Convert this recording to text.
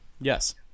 yes